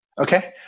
okay